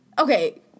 Okay